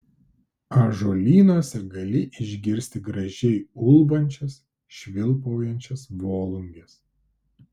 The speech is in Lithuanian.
ąžuolynuose gali išgirsti gražiai ulbančias švilpaujančias volunges